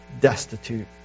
destitute